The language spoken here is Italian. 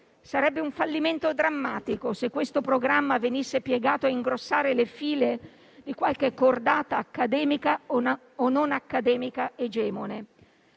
Sarebbe un fallimento drammatico se questo programma venisse piegato ad ingrossare le file di qualche cordata accademica o non accademica egemone.